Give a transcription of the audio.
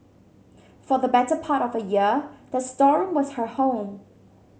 for the better part of a year the storeroom was her home